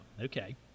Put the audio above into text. okay